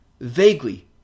vaguely